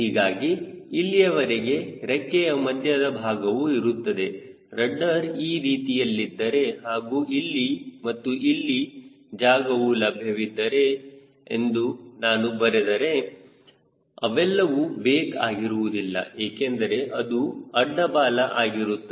ಹೀಗಾಗಿ ಇಲ್ಲಿಯವರೆಗೆ ರೆಕ್ಕೆಯ ಮಧ್ಯದ ಭಾಗವು ಇರುತ್ತದೆ ರಡ್ಡರ್ ಈ ರೀತಿಯಲ್ಲಿದ್ದರೆ ಹಾಗೂ ಇಲ್ಲಿ ಮತ್ತು ಇಲ್ಲಿ ಜಾಗವು ಲಭ್ಯವಿದೆ ಎಂದು ನಾನು ಬರೆದರೆ ಅವೆಲ್ಲವೂ ವೇಕ್ ಆಗಿರುವುದಿಲ್ಲ ಏಕೆಂದರೆ ಅದು ಅಡ್ಡ ಬಾಲ ಆಗಿರುತ್ತದೆ